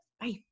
Bye